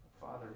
Father